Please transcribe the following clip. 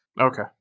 Okay